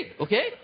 okay